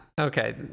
okay